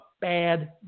bad